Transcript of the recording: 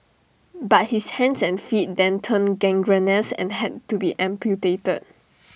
but his hands and feet then turned gangrenous and had to be amputated